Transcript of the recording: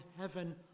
heaven